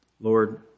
Lord